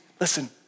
listen